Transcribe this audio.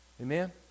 Amen